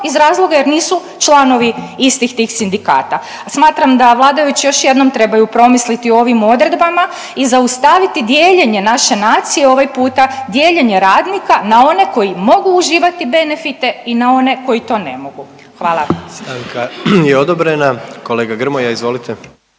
iz razloga jer nisu članovi istih tih sindikata. Smatram da vladajući još jednom trebaju promisliti o ovim odredbama i zaustaviti dijeljenje naše nacije, ovaj puta dijeljenje radnika na one koji mogu uživati benefite i na one koji to ne mogu. Hvala. **Jandroković, Gordan (HDZ)** Stanka je odobrena. Kolega Grmoja, izvolite.